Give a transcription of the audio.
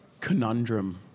conundrum